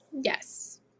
Yes